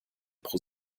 pro